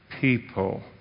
People